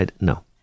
no